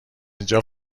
اینجا